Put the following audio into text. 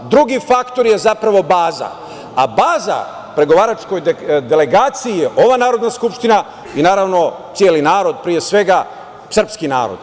Drugi faktor je zapravo baza, a baza pregovaračkoj delegaciji je ova Narodna skupština i, naravno, celi narod, pre svega srpski narod.